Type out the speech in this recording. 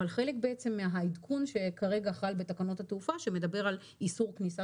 אבל חלק מהעדכון שכרגע חל בתקנות התעופה שמדבר על איסור כניסה